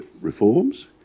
reforms